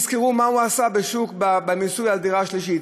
יזכרו מה הוא עשה במיסוי על דירה שלישית.